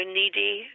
needy